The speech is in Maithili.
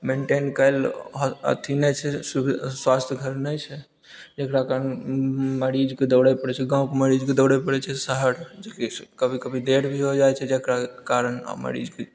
मेंटेन कयल अथी नहि छै सुबि स्वास्थय घर नहि छै जेकरा कारण मरीजके दौड़ै पड़ैत छै गाँवके मरीजके दौड़ै पड़ैत छै शहर जेकि कभी कभी देर भी हो जाइत छै जेकरा कारण मरीजके